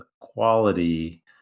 quality